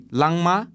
langma